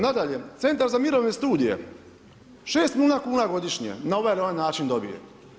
Nadalje, Centar za mirovne studije, 6 milijuna kuna godišnje, na ovaj ili na onaj način dobije.